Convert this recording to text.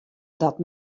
dat